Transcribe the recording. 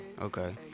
Okay